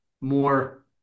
more